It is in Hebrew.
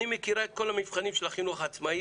אני מכירה את כל המבחנים של החינוך העצמאי,